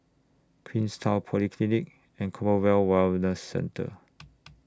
Queenstown Polyclinic and Community Wellness Centre